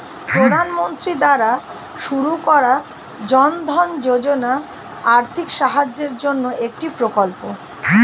প্রধানমন্ত্রী দ্বারা শুরু করা জনধন যোজনা আর্থিক সাহায্যের জন্যে একটি প্রকল্প